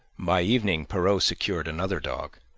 by evening perrault secured another dog,